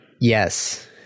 Yes